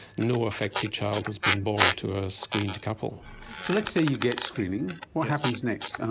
no affected child has been born to a screened couple. so let's say you get screening, what happens next? and